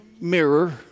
mirror